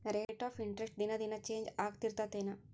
rate of interest ದಿನಾ ದಿನಾ change ಆಗ್ತಿರತ್ತೆನ್